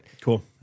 Cool